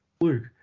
Luke